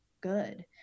good